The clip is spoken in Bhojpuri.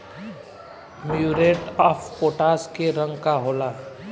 म्यूरेट ऑफपोटाश के रंग का होला?